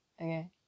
Okay